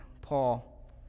Paul